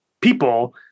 people